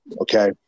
Okay